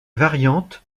variante